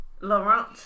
Laurent